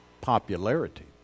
popularity